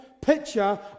picture